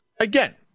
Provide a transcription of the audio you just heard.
again